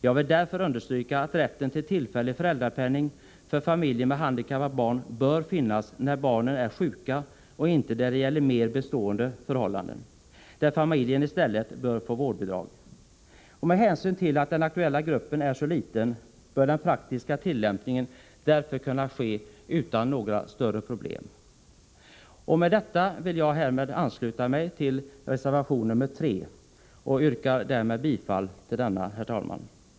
Jag vill därför understryka att rätten till tillfällig föräldrapenning för familjer med handikappade barn bör finnas när barnen är sjuka och inte när det gäller mer bestående förhållanden, där familjen i stället bör få vårdbidrag. Men hänsyn till att den aktuella gruppen är så liten bör den praktiska tillämpningen därför kunna ske utan några större problem. Med detta vill jag ansluta mig till reservation 3 och yrkar bifall till denna.